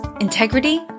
integrity